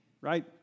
right